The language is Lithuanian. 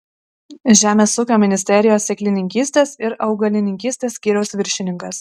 žemės ūkio ministerijos sėklininkystės ir augalininkystės skyriaus viršininkas